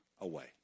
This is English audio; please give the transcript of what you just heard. away